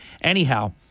anyhow